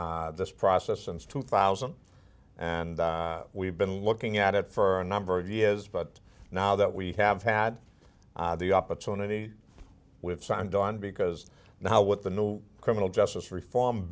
this process since two thousand and we've been looking at it for a number of years but now that we have had the opportunity we've signed on because now with the new criminal justice reform